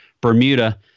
Bermuda